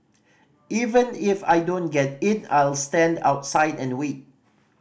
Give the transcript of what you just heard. even if I don't get in I'll stand outside and wait